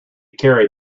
carried